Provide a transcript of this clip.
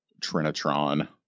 Trinitron